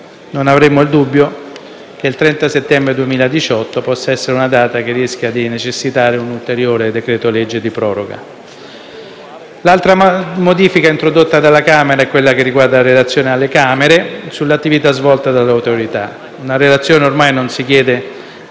non abbiamo dubbi che il 30 settembre 2018 possa essere una data che rischia di necessitare un ulteriore decreto-legge di proroga. L'altra modifica introdotta dalla Camera è quella che riguarda la relazione alle Camere sull'attività svolta dall'Autorità. Una relazione ormai si chiede